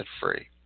free